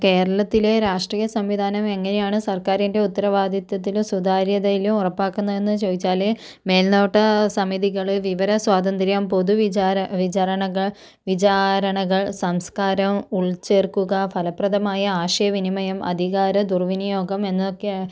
കേരളത്തിലെ രാഷ്ട്രീയ സംവിധാനം എങ്ങനെയാണ് സർക്കാരിൻ്റെ ഉത്തരവാദിത്വത്തിലും സുതാര്യതയിലും ഉറപ്പാക്കുന്നതെന്നു ചോദിച്ചാൽ മേൽനോട്ട സമിതികൾ വിവര സ്വാതന്ത്ര്യം പൊതു വിചാര വിചാരണകൾ വിചാരണകൾ സംസ്കാരം ഉൾച്ചേർക്കുക ഫലപ്രദമായ ആശയ വിനിമയം അധികാര ദുർവിനിയോഗം എന്നതൊക്കെ